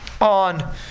on